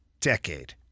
decade